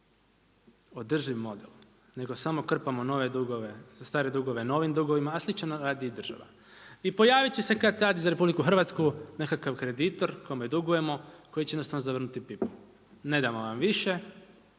održivo model nego samo krpamo nove dugove, za stare dugove novim dugovima, a slično radi i država. I pojavit će se kad-tad i za RH nekakav kreditor kojemu dugujemo, koji će nam zavrnuti pipu. Ne damo vaše,